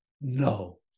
No